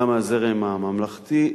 גם מהזרם הממלכתי,